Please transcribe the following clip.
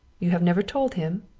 you have never told him?